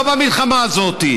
לא במלחמה הזאת.